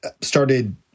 started